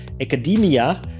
academia